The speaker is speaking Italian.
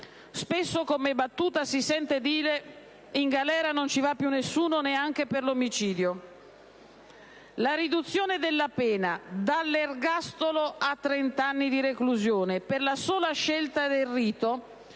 Spesso, come battuta, si sente dire che in galera non ci va più nessuno, neanche per l'omicidio. La riduzione della pena, dall'ergastolo a trent'anni di reclusione, per la sola scelta del rito,